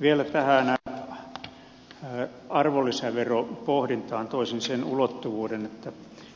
vielä tähän arvonlisäveropohdintaan toisin sen ulottuvuuden että